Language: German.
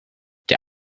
der